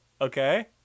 okay